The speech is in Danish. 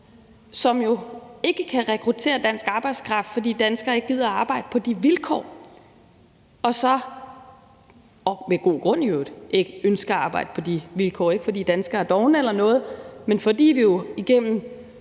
som jo ikke kan rekruttere dansk arbejdskraft, fordi danskere – og med god grund i øvrigt – ikke gider at arbejde på de vilkår. Det er ikke, fordi danskere er dovne eller noget, men fordi vi jo igennem